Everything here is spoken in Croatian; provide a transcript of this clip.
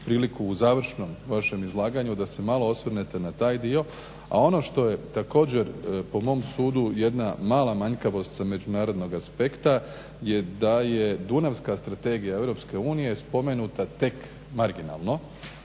priliku u završnom vašem izlaganju da se malo osvrnete na taj dio. A ono što je također po mom sudu jedna mala manjkavost sa međunarodnog aspekta je da je Dunavska strategija Europske unije spomenuta tek marginalno